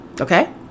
Okay